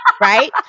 right